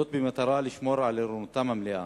זאת במטרה לשמור על ערנותם המלאה,